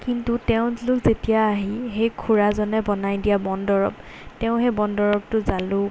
কিন্তু তেওঁলোক যেতিয়া আহি সেই খুৰাজনে বনাই দিয়া বন দৰৱ তেওঁ সেই বন দৰৱটো জালুক